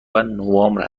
نوامبر